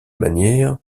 manière